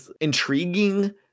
intriguing